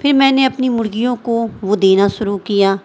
پھر میں نے اپنی مرغیوں کو وہ دینا شروع کیا